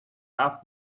after